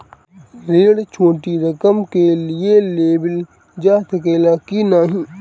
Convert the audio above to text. ऋण छोटी रकम के लिए लेवल जा सकेला की नाहीं?